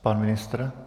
Pan ministr.